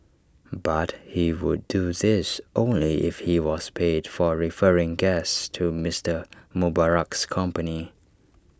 but he would do this only if he was paid for referring guests to Mister Mubarak's company